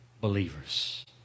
believers